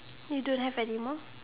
you don't have anymore